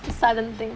the southern thing